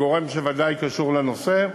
כגורם שוודאי קשור לנושא,